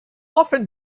often